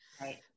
Right